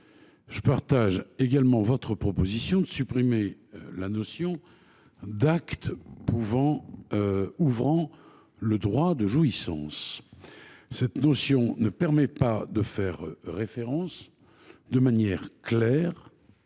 Je partage également votre proposition de suppression de la notion d’« acte ouvrant le droit de jouissance ». Cette notion ne permet pas de faire référence de manière claire